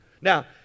Now